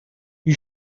you